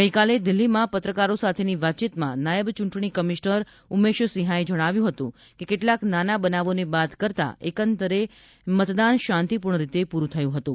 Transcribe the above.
ગઇકાલે દિલ્હીમાં પત્રકારો સાથેની વાતચીતમાં નાયબ ચૂંટણી કમિશનર ઉમેશસિંહાએ જણાવ્યું હતું કે કેટલાક નાના બનાવોને બાદ કરતાં એકંદરે મતદાન શાંતિપૂર્ણ રીતે પૂરૂં થયું હતું